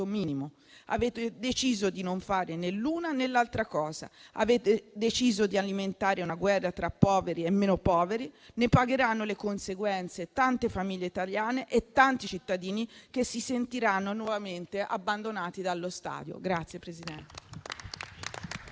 minimo. Avete deciso di non fare né l'una né l'altra cosa. Avete deciso di alimentare una guerra tra poveri e meno poveri: ne pagheranno le conseguenze tante famiglie italiane e tanti cittadini che si sentiranno nuovamente abbandonati dallo Stato.